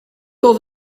oedd